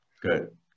Good